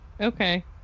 Okay